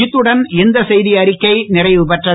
இத்துடன் இந்த செய்தியறிக்கை நிறைவுபெறுகிறது